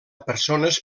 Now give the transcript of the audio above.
persones